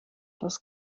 das